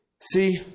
See